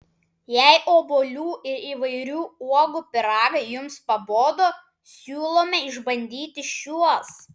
jei obuolių ir įvairių uogų pyragai jums pabodo siūlome išbandyti šiuos